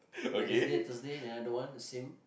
Wednesday Thursday the other on the same